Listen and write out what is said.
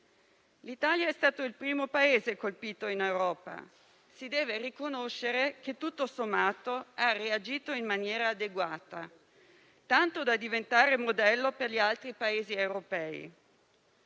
L'Italia è stato il primo Paese colpito in Europa e si deve riconoscere che, tutto sommato, ha reagito in maniera adeguata, tanto da diventare modello per gli altri Paesi europei.